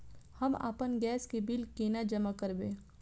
हम आपन गैस के बिल केना जमा करबे?